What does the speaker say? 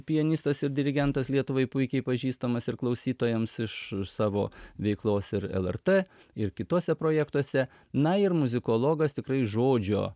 pianistas ir dirigentas lietuvai puikiai pažįstamas ir klausytojams iš savo veiklos ir lrt ir kituose projektuose na ir muzikologas tikrai žodžio